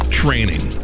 training